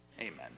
Amen